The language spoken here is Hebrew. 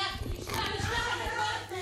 אני אמשיך את הוויכוח שהתחילה